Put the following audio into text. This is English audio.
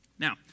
Now